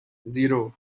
zero